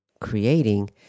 creating